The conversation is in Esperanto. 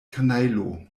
kanajlo